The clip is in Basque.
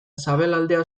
sabelaldea